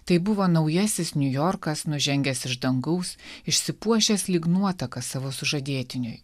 tai buvo naujasis niujorkas nužengęs iš dangaus išsipuošęs lyg nuotaka savo sužadėtiniui